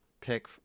Pick